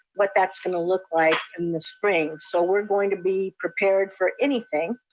what that's gonna look like in the spring. so we're going to be prepared for anything.